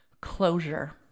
closure